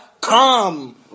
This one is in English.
Come